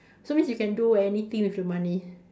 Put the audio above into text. so means you can do anything with the money